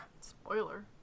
spoiler